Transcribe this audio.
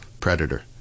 predator